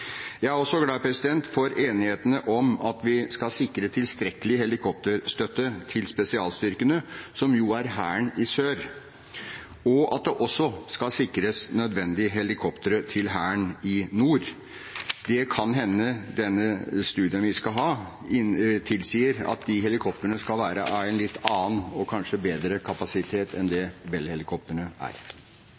Jeg er også glad for enigheten om at vi skal sikre tilstrekkelig helikopterstøtte til spesialstyrkene, som jo er Hæren i sør, og at det også skal sikres nødvendige helikoptre til Hæren i nord. Det kan hende denne studien vi skal ha, tilsier at de helikoptrene skal være av en litt annen og kanskje bedre kapasitet enn det Bell-helikoptrene er.